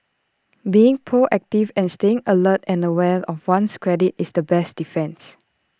being proactive and staying alert and aware of one's credit is the best defence